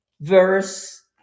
verse